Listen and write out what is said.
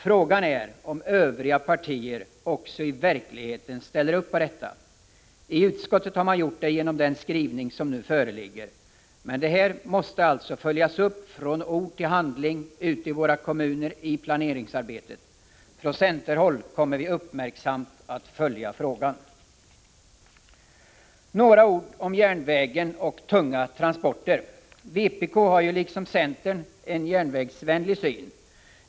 Frågan är om också övriga partier i verkligheten ställer upp på detta — i utskottet har man gjort det genom den skrivning som föreligger. Men detta måste följas upp från ord till handling i planeringsarbetet i kommunerna. Från centerhåll kommer vi att uppmärksamt följa frågan. Några ord om järnvägen och tunga transporter. Vpk har liksom centern en järnvägsvänlig syn.